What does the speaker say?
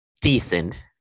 decent